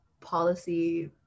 policy